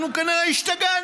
אנחנו כנראה השתגענו.